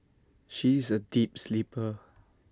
she is A deep sleeper